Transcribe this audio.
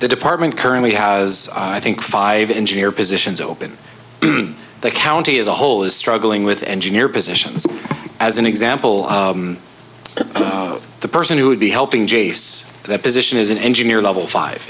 the department currently has i think five engineer positions open in the county as a whole is struggling with engineer positions as an example the person who would be helping jase their position is an engineer level five